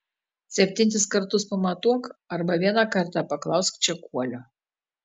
septynis kartus pamatuok arba vieną kartą paklausk čekuolio